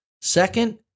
Second